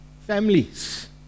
families